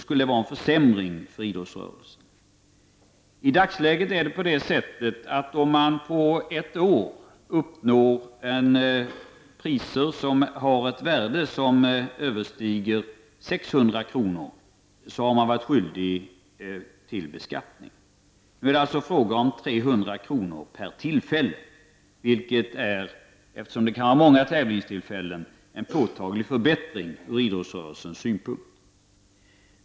Om man i dagsläget under ett år får priser som uppgår till ett värde som överstiger 600 kr. är man skyldig att skatta för dessa pengar. Nu blir det fråga om 300 kr. per tillfälle. Och eftersom det kan handla om många tävlingstillfällen är detta en påtaglig förbättring ur idrottsrörelsens synpunkt.